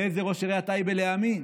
לאיזה ראש עיריית טייבה להאמין,